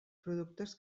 productes